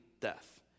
Death